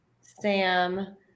Sam